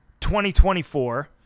2024